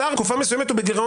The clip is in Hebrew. השר בתקופה מסוימת הוא בגירעון